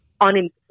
unemployment